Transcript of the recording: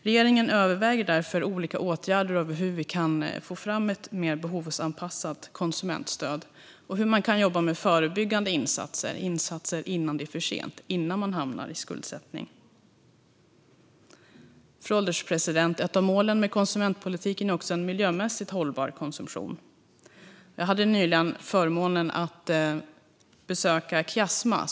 Regeringen överväger därför olika åtgärder för att få fram ett mer behovsanpassat konsumentstöd och överväger även hur man kan jobba med förebyggande insatser, det vill säga insatser som sätts in innan det är för sent och innan personen hamnat i skuld. Fru ålderspresident! Ett annat av målen med konsumentpolitiken är en miljömässigt hållbar konsumtion. Jag hade nyligen förmånen att besöka Kiasma.